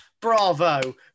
Bravo